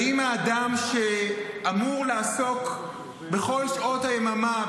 האם האדם שאמור לעסוק בכל שעות היממה,